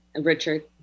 Richard